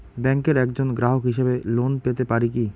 ব্যাংকের একজন গ্রাহক হিসাবে লোন পেতে পারি কি?